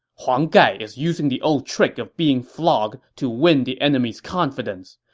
huang gai is using the old trick of being flogged to win the enemy's confidence!